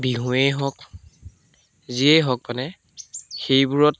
বিহুৱেই হওক যিয়েই হওক মানে সেইবোৰত